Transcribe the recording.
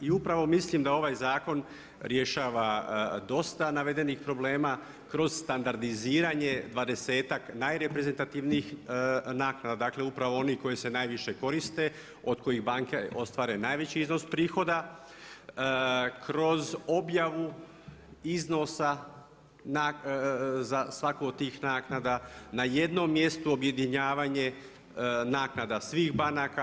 I upravo mislim da ovaj zakon rješava dosta navedenih problema kroz standardiziranje 20-tak najreprezentativnijih naknada, dakle upravo onih koje se najviše koriste od kojih banke ostvare najveći iznos prihoda kroz objavu iznosa za svaku od tih naknada, na jednom mjestu objedinjavanje naknada svih banaka.